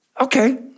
Okay